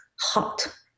hot